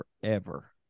forever